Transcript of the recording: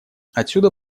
отсюда